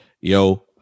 yo